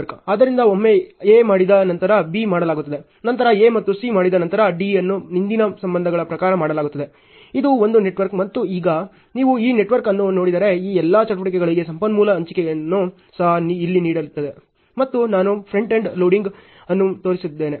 ಆದ್ದರಿಂದ ಒಮ್ಮೆ A ಮಾಡಿದ ನಂತರ B ಮಾಡಲಾಗುತ್ತದೆ ನಂತರ A ಮತ್ತು C ಮಾಡಿದ ನಂತರ D ಅನ್ನು ಹಿಂದಿನ ಸಂಬಂಧಗಳ ಪ್ರಕಾರ ಮಾಡಲಾಗುತ್ತದೆ ಇದು ಒಂದು ನೆಟ್ವರ್ಕ್ ಮತ್ತು ಈಗ ನೀವು ಈ ನೆಟ್ವರ್ಕ್ ಅನ್ನು ನೋಡಿದರೆ ಈ ಎಲ್ಲಾ ಚಟುವಟಿಕೆಗಳಿಗೆ ಸಂಪನ್ಮೂಲ ಹಂಚಿಕೆಯನ್ನು ಸಹ ಇಲ್ಲಿ ನೀಡಲಾಗಿದೆ ಮತ್ತು ನಾನು ಫ್ರಂಟ್ ಎಂಡ್ ಲೋಡಿಂಗ್ ಅನ್ನು ತೋರಿಸಲಿದ್ದೇನೆ